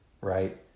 right